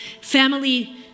family